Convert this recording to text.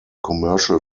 commercial